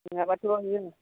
नोङाबाथ' जों